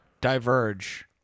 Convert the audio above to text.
diverge